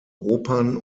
opern